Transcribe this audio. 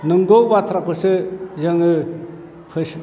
नंगौ बाथ्राखौसो जोङो